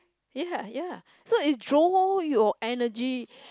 ya ya so it draw all your energy